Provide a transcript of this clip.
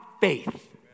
faith